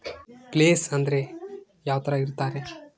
Place ಅಂದ್ರೆ ಯಾವ್ತರ ಇರ್ತಾರೆ?